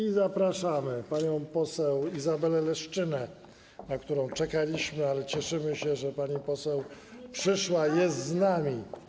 I zapraszamy panią poseł Izabelę Leszczynę, na którą czekaliśmy, ale cieszymy się, że pani poseł przyszła, jest z nami.